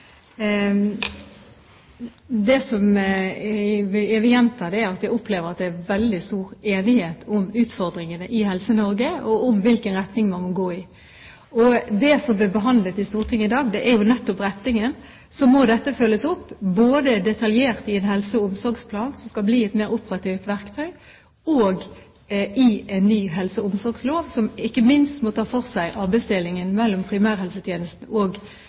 forutsigbarhet. Jeg vil gjenta at jeg opplever at det er veldig stor enighet om utfordringene i Helse-Norge, og om hvilken retning man må gå i. Det som blir behandlet i Stortinget i dag, er jo nettopp retningen. Dette må følges opp, både detaljert i en helse- og omsorgsplan som skal bli et mer operativt verktøy, og i en ny helse- og omsorgslov, som ikke minst må ta for seg arbeidsdelingen mellom primærhelsetjenesten og